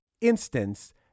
instance